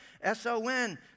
S-O-N